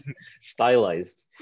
Stylized